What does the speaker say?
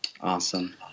Awesome